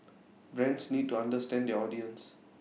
brands need to understand their audience